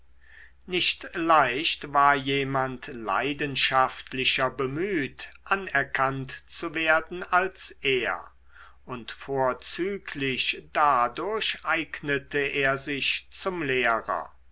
nicht leicht war jemand leidenschaftlicher bemüht anerkannt zu werden als er und vorzüglich dadurch eignete er sich zum lehrer